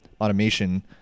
automation